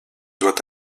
doit